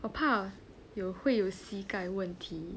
我怕会有膝盖问题